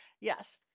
Yes